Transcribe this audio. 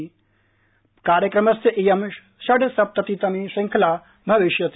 इयं कार्यक्रमस्य षड्सप्ततितमी श्रृंखला भविष्यति